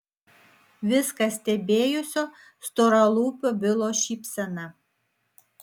viską stebėjusio storalūpio bilo šypsena